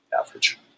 average